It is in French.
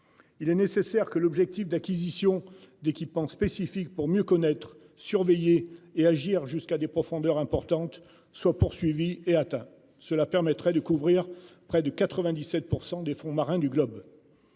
Il est nécessaire que l'objet. Type d'acquisition d'équipements spécifiques pour mieux connaître surveiller et agir jusqu'à des profondeurs importantes soient poursuivis et atteint cela permettrait de couvrir près de 97% des fonds marins du globe.